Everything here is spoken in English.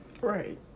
Right